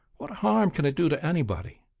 what harm can it do to anybody?